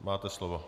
Máte slovo.